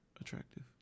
attractive